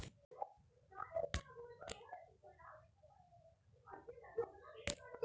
agri bazaar ನಲ್ಲಿ ಸುಲಭದಲ್ಲಿ ಬೆಳೆಗಳನ್ನು ತೆಗೆದುಕೊಳ್ಳುವ ಬಗ್ಗೆ ತಿಳಿಸಿ